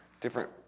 different